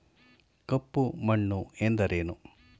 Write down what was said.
ಕಪ್ಪು ಮಣ್ಣು ಎಂದರೇನು?